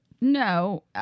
No